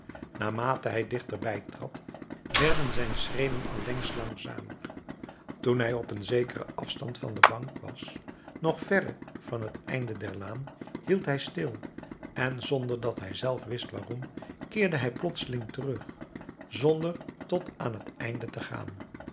naarmate hij dichterbij trad werden zijn schreden allengs langzamer toen hij op een zekeren afstand van de bank was nog verre van t einde der laan hield hij stil en zonder dat hij zelf wist waarom keerde hij plotseling terug zonder tot aan het einde te gaan